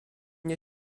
nie